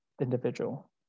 individual